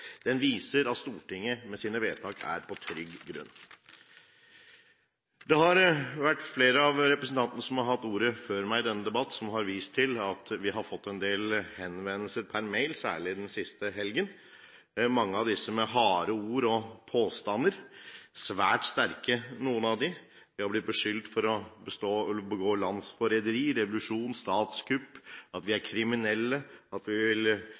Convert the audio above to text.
Den viser at Stortinget med sine vedtak er på trygg grunn. Flere av representantene som har hatt ordet før meg i denne debatten, har vist til at vi har fått en del henvendelser per mail, særlig den siste helgen – mange av disse med harde ord og påstander, svært sterke noen av dem. Vi er blitt beskyldt for landsforræderi, revolusjon og statskupp, for at vi er kriminelle, for at vi vil innføre islam i Norge, for at vi er historieløse, for at vi